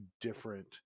different